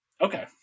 Okay